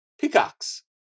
peacocks